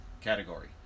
category